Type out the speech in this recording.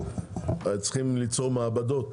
צריכים ליצור מעבדות,